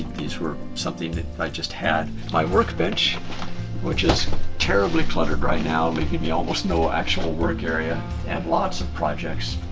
these were something that i just had. my workbench which is terribly cluttered right now leaving me almost no actual work area and lots of projects.